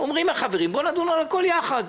אומרים החברים: בואו נדון על הכול יחד.